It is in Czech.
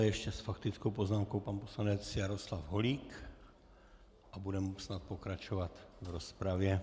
Ještě s faktickou poznámkou pan poslanec Jaroslav Holík a budeme snad pokračovat v rozpravě.